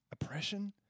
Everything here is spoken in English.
oppression